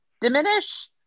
diminish